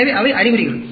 எனவே அவை அறிகுறிகள்